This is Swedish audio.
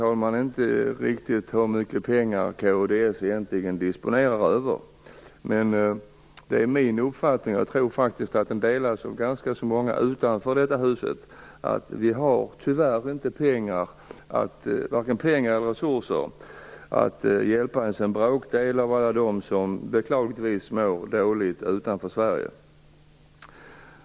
Jag vet inte riktigt hur mycket pengar kds disponerar. Men det är min uppfattning, som jag faktiskt tror delas av ganska många utanför detta hus, att vi tyvärr inte har vare sig pengar eller resurser till att hjälpa ens en bråkdel av alla dem utanför Sverige som beklagligtvis mår dåligt. Herr talman!